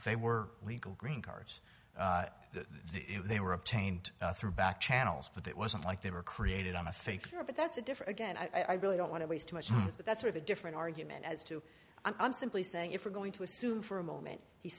they were legal green cards they were obtained through back channels but it wasn't like they were created on a figure but that's a different guess i really don't want to waste too much but that's where the different argument as to i'm simply saying if we're going to assume for a moment he